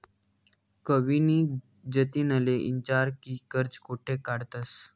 कविनी जतिनले ईचारं की कर्ज कोठे काढतंस